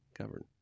covered